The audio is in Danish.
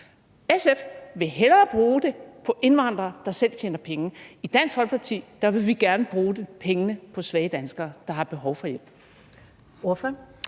SF vil hellere bruge det på indvandrere, der selv tjener penge. I Dansk Folkeparti vil vi gerne bruge pengene på svage danskere, der har behov for hjælp.